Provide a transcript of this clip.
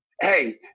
Hey